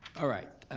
all right.